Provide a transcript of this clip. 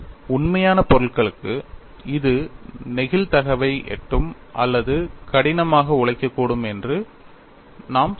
உண்மையான பொருட்களுக்கு இது நெகிழ் தகைவை எட்டும் அல்லது அது கடினமாக உழைக்கக்கூடும் என்று நாம் சொன்னோம்